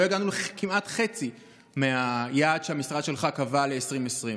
לא הגענו לכמעט חצי מהיעד שהמשרד שלך קבע ל-2020.